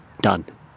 done